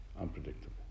unpredictable